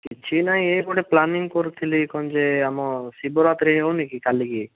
କିଛି ନାହିଁ ଏଇ ଗୋଟେ ପ୍ଲାନିଂ କରୁଥିଲି କ'ଣ ଯେ ଆମ ଶିବରାତ୍ରି ହଉନି କି କାଲିକି